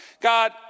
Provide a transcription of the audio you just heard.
God